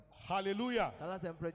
Hallelujah